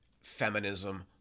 feminism